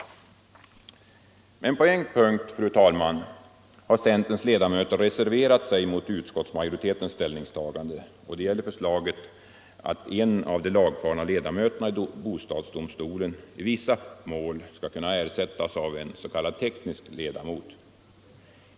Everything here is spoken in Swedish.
Men på en punkt, fru talman, har centerns ledamöter reserverat sig mot utskottsmajoritens ställningstagande. Det gäller förslaget att en av de lagfarna ledamöterna i bostadsdomstolen i vissa mål skall kunna ersättas av en s.k. teknisk ledamot.